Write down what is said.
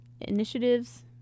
initiatives